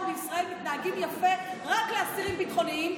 בישראל מתנהגים יפה רק לאסירים ביטחוניים,